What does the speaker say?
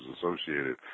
associated